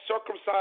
circumcised